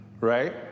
right